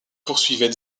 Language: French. poursuivait